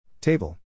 Table